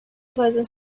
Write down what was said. pleasant